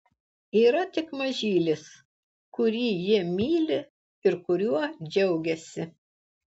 yra tik mažylis kurį ji myli ir kuriuo džiaugiasi